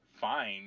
fine